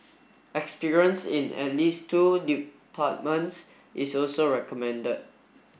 experience in at least two departments is also recommended